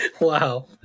Wow